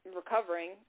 recovering